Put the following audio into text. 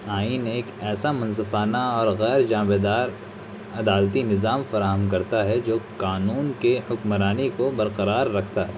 آئین ایک ایسا منصفانہ اور غیر جانبدار عدالتی نظام فراہم کرتا ہے جو قانون کے حکمرانی کو برقرار رکھتا ہے